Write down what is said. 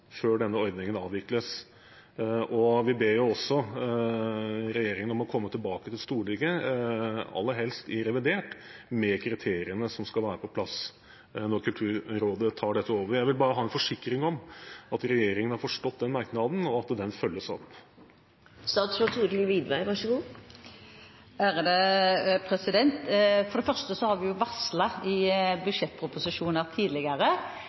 før denne ordningen avvikles, og vi ber også regjeringen om å komme tilbake til Stortinget, aller helst i revidert, med kriteriene som skal være på plass når Kulturrådet tar over dette. Jeg vil bare ha en forsikring om at regjeringen har forstått den merknaden, og at den følges opp. For det første har vi varslet i budsjettproposisjoner tidligere